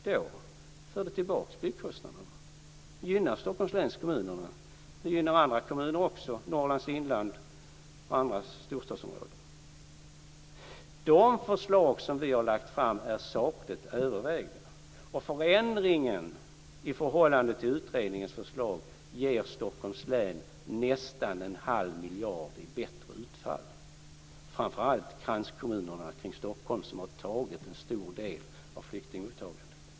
Vi förde tillbaka byggkostnaderna. Det gynnar kommunerna i Stockholms län. Det gynnar andra kommuner också - i Norrlands inland och i andra storstadsområden. De förslag som vi har lagt fram är sakligt övervägda. Förändringen i förhållande till utredningens förslag ger också Stockholms län nästan en halv miljard i bättre utfall - framför allt kranskommunerna kring Stockholm, som har tagit en stor del av flyktingmottagandet.